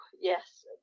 yes